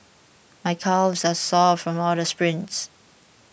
my calves are sore from all the sprints